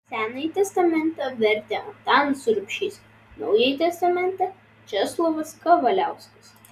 senąjį testamentą vertė antanas rubšys naująjį testamentą česlovas kavaliauskas